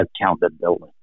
accountability